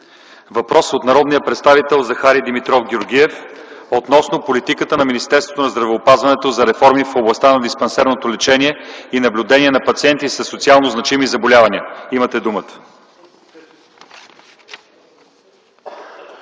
Въпрос от народния представител Захари Димитров Георгиев относно политиката на Министерството на здравеопазването за реформи в областта на диспансерното лечение и наблюдение на пациенти със социално значими заболявания. Имате думата.